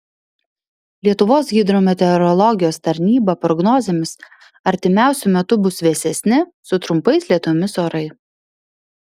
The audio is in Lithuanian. lietuvos hidrometeorologijos tarnyba prognozėmis artimiausiu metu bus vėsesni su trumpais lietumis orai